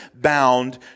bound